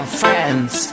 friends